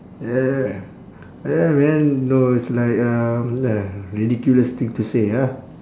yeah yeah man no it's like a uh ridiculous thing to say ah